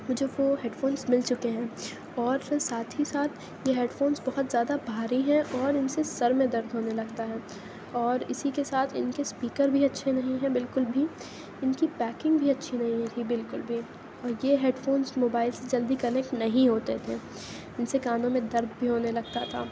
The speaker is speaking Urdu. مجھے وہ ہیڈ فونس مل چُکے ہیں اور ساتھ ہی ساتھ یہ ہیڈ فونس بہت زیادہ بھاری ہیں اور اِن سے سر میں درد ہونے لگتا ہے اور اِسی کے ساتھ اِن کے اسپیکر بھی اچھے نہیں ہیں بالکل بھی اِن کی پیکنگ بھی اچھی نہیں ہوئی تھی بالکل بھی اور یہ ہیڈ فونس موبائل سے جلدی کنیکٹ نہیں ہوتے تھے اِن سے کانوں میں درد بھی ہونے لگتا تھا